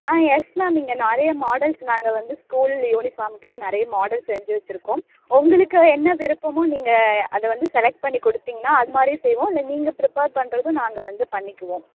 ஆ yes ma'am இங்கே நிறைய models நாங்கள் வந்து ஸ்கூல் யூனிஃபார்முக்குன்னு நிறைய மாடல் செஞ்சு வச்சிருக்கோம் உங்களுக்கு என்ன விருப்பமோ நீங்கள் அதை வந்து செலக்ட் பண்ணி கொடுத்தீங்கன்னா அது மாதிரியும் செய்வோம் இல்லை நீங்கள் ப்ரிபேர் பண்ணுறதும் நாங்கள் வந்து பண்ணிக்குவோம்